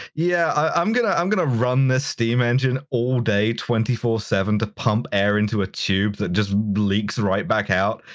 yeah, i'm gonna um gonna run this steam engine all day, twenty four seven, to pump air into a tube that just leaks right back out,